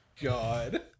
God